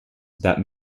that